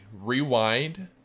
rewind